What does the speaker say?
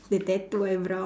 the tattoo eyebrow